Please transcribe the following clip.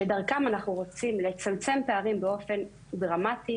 שדרכן אנחנו רוצים לצמצם פערים באופן דרמטי,